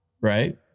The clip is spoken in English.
right